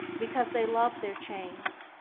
because they love their chains,